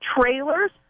trailers